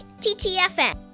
TTFN